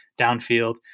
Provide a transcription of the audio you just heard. downfield